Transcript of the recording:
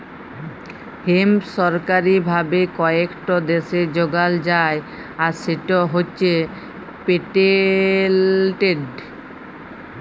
hemp সরকারি ভাবে কয়েকট দ্যাশে যগাল যায় আর সেট হছে পেটেল্টেড